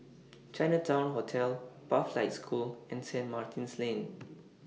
Chinatown Hotel Pathlight School and Saint Martin's Lane